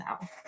now